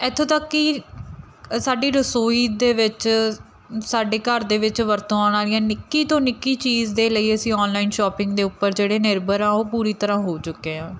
ਇੱਥੋਂ ਤੱਕ ਕਿ ਸਾਡੀ ਰਸੋਈ ਦੇ ਵਿੱਚ ਸਾਡੇ ਘਰ ਦੇ ਵਿੱਚ ਵਰਤੋਂ ਆਉਣ ਵਾਲੀਆਂ ਨਿੱਕੀ ਤੋਂ ਨਿੱਕੀ ਚੀਜ਼ ਦੇ ਲਈ ਅਸੀਂ ਔਨਲਾਈਨ ਸ਼ੋਪਿੰਗ ਦੇ ਉੱਪਰ ਜਿਹੜੇ ਨਿਰਭਰ ਆ ਉਹ ਪੂਰੀ ਤਰ੍ਹਾਂ ਹੋ ਚੁੱਕੇ ਹਾਂ